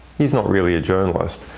he's not really a journalist,